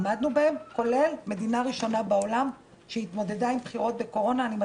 איך היא